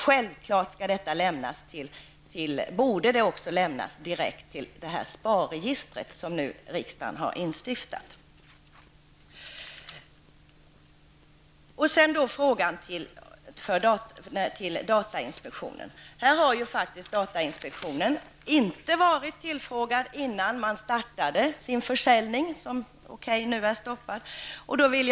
Självfallet borde dessa uppgifter också lämnas direkt till detta SPA R-register som riksdagen nu har instiftat. Sedan har vi frågan som gäller datainspektionen. Datainspektionen har faktiskt inte varit tillfrågad, innan man startade den försäljning som nu i och för sig är stoppad.